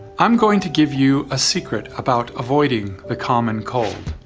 i'm going to give you a secret about avoiding the common cold.